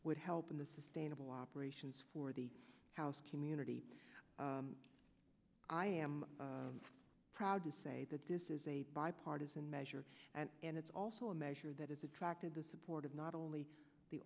would help in the sustainable operations for the house community i am proud to say that this is a bipartisan measure and it's also a measure that has attracted the support of not only the